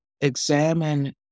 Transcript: examine